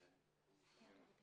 להודות